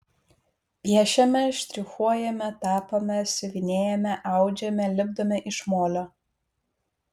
piešiame štrichuojame tapome siuvinėjame audžiame lipdome iš molio